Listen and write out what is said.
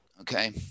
okay